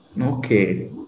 Okay